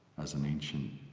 as an ancient